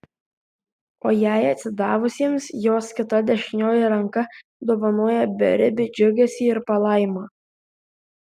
o jai atsidavusiems jos kita dešinioji ranka dovanoja beribį džiugesį ir palaimą